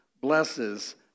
blesses